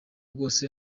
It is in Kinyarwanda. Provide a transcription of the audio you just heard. bwose